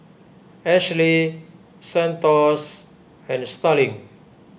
Ashlee Santos and Starling